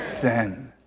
Sin